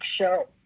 show